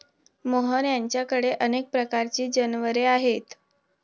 मोहन यांच्याकडे अनेक प्रकारची जनावरे आहेत